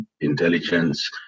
intelligence